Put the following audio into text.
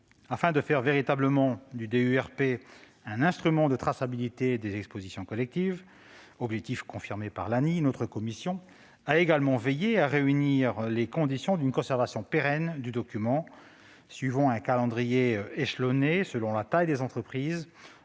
Afin de faire véritablement du DUERP un instrument de traçabilité des expositions collectives, objectif confirmé par l'ANI, notre commission a également veillé à réunir les conditions d'une conservation pérenne du document. Suivant un calendrier échelonné selon la taille des entreprises,